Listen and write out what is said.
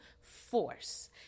force